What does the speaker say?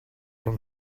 from